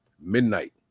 midnight